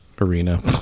Arena